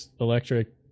electric